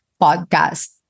podcast